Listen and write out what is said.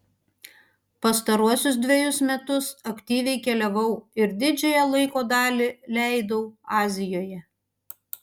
pastaruosius dvejus metus aktyviai keliavau ir didžiąją laiko dalį leidau azijoje